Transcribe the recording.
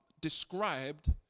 described